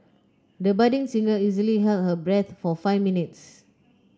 the budding singer easily held her breath for five minutes